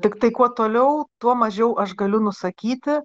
tiktai kuo toliau tuo mažiau aš galiu nusakyti